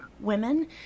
women